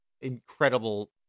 incredible